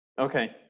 Okay